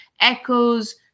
echoes